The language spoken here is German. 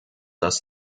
das